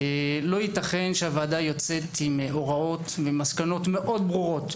לא ייתכן שהוועדה יוצאת עם מסקנות מאוד ברורות.